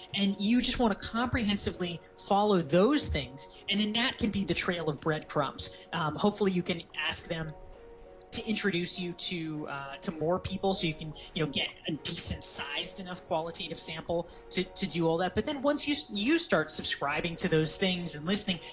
and just want to comprehensively follow those things, and then that could be the trail of breadcrumbs hopefully you can ask them to introduce you to to more people so you can you know get a decent sized enough qualitative sample to to do all that, but then once you so you start subscribing to those things and listening,